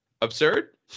absurd